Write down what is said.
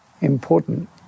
important